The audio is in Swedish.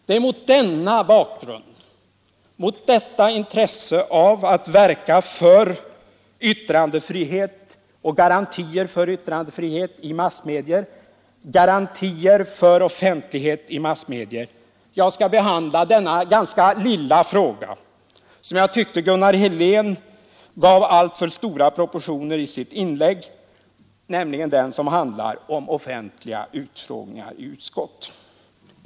Det är mot denna bakgrund, mot detta intresse av att verka för yttrandefrihet och garantier för yttrandefrihet i massmedier — garantier för offentlighet i massmedier som jag skall behandla den ganska bagatellartade fråga, som jag tyckte Gunnar Helén gav alltför stora proportioner i sitt inlägg, nämligen de offentliga utfrågningarna i utskott.